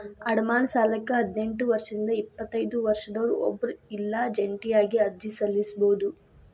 ಅಡಮಾನ ಸಾಲಕ್ಕ ಹದಿನೆಂಟ್ ವರ್ಷದಿಂದ ಎಪ್ಪತೈದ ವರ್ಷದೊರ ಒಬ್ರ ಇಲ್ಲಾ ಜಂಟಿಯಾಗಿ ಅರ್ಜಿ ಸಲ್ಲಸಬೋದು